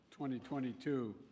2022